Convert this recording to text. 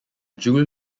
joule